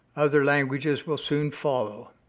other languages will soon follow.